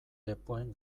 lepoen